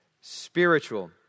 spiritual